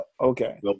Okay